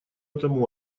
этом